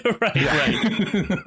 Right